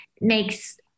makes